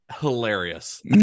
hilarious